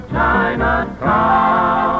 Chinatown